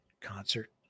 concert